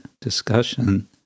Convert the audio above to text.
discussion